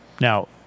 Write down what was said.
Now